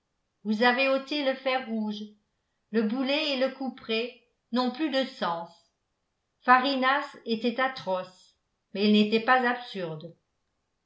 vous avez ôté le fer rouge le boulet et le couperet n'ont plus de sens farinace était atroce mais il n'était pas absurde